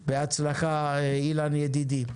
בהצלחה, אילן ידידי.